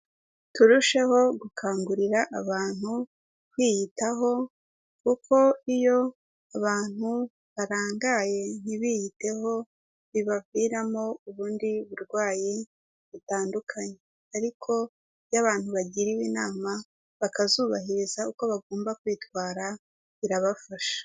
Turusheho gukangurira abantu kwiyitaho kuko iyo abantu barangaye ntibiyiteho bibaviramo ubundi burwayi butandukanye, ariko iyo abantu bagiriwe inama bakazubahiriza uko bagomba kwitwara birabafasha.